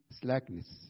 slackness